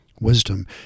Wisdom